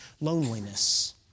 loneliness